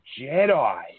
Jedi